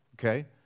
okay